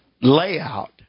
layout